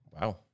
Wow